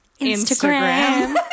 Instagram